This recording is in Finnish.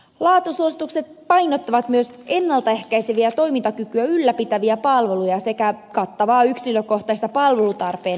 laatusuositukset painottavat myös ennalta ehkäiseviä toimintakykyä ylläpitäviä palveluja sekä kattavaa yksilökohtaista palvelutarpeen arviointia